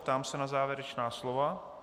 Ptám se na závěrečná slova.